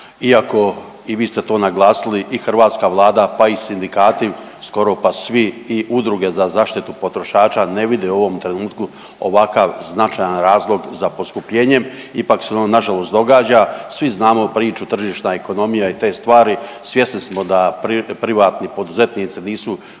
iako i vi ste to naglasili i hrvatska Vlada, pa i sindikati, skoro pa svi i Udruge za zaštitu potrošača ne vide u ovom trenutku ovakav značajan razlog za poskupljenjem, ipak se ono nažalost događa, svi znamo priču tržišna ekonomija i te stvari, svjesni smo da privatni poduzetnici nisu humanitarne